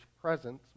presence